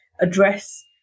address